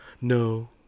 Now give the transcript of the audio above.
no